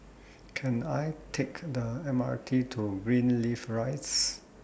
Can I Take The M R T to Greenleaf Rise